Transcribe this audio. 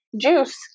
juice